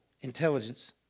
intelligence